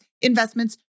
investments